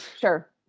Sure